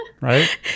right